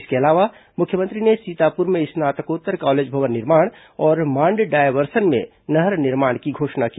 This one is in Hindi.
इसके अलावा मुख्यमंत्री ने सीतापुर में स्नातकोत्तर कॉलेज भवन निर्माण और मांड डायवर्सन में नहर निर्माण की घोषणा की